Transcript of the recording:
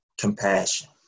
Compassion